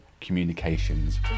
communications